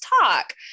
talk